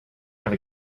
have